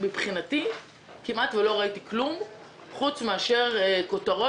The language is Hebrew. מבחינתי כמעט ולא ראיתי כלום פרט לכותרות